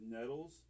nettles